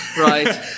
Right